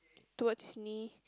towards me